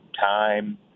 time